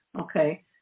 okay